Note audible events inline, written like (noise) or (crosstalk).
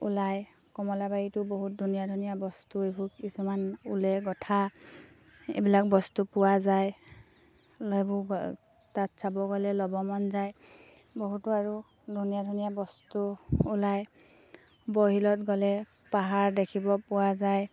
ওলায় কমলাবাৰীটো বহুত ধুনীয়া ধুনীয়া বস্তু এইবোৰ কিছুমান ঊলে গঁথা এইবিলাক বস্তু পোৱা যায় এইবো তাত চাব গ'লে ল'ব মন যায় বহুতো আৰু ধুনীয়া ধুনীয়া বস্তু ওলায় (unintelligible) গ'লে পাহাৰ দেখিব পোৱা যায়